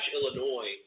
Illinois